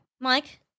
Mike